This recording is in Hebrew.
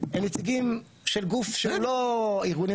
הם נציגים של גוף שהוא לא הארגונים